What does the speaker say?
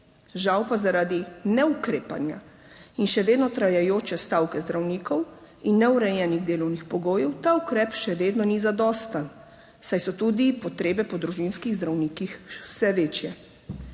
Žal pa zaradi neukrepanja in še vedno trajajoče stavke zdravnikov in neurejenih delovnih pogojev ta ukrep še vedno ni zadosten, saj so tudi potrebe po družinskih zdravnikih vse večje.